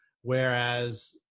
whereas